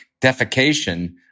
defecation